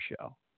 show